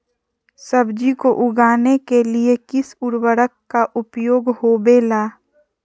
सब्जी को उगाने के लिए किस उर्वरक का उपयोग होबेला?